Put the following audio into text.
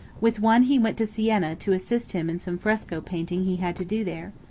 with one he went to siena to assist him in some fresco painting he had to do there.